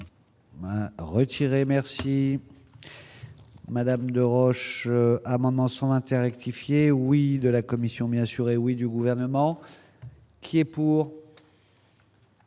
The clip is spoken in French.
Retirez merci madame de roche, amendement 121 rectifier oui de la commission bien sûr hé oui du gouvernement. Qui est pour.